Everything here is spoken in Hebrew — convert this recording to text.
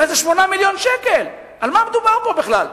הרי זה 8 מיליוני שקלים, על מה מדובר בכלל?